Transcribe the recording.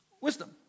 Wisdom